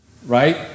Right